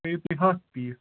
تھٲوِو تُہۍ ہَتھ پیٖس